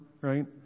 right